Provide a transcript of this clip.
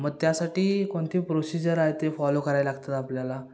मग त्यासाटी कोणते प्रोसिजर आहे ते फॉलो कराय लागतात आपल्याला